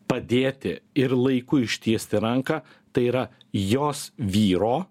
padėti ir laiku ištiesti ranką tai yra jos vyro